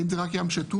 האם זה רק בים שטוח?